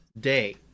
day